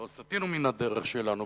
לא סטינו מן הדרך שלנו,